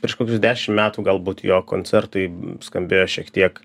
prieš kokius dešim metų galbūt jo koncertai skambėjo šiek tiek